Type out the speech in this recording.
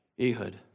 Ehud